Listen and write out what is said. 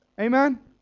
Amen